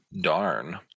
Darn